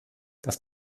das